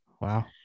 Wow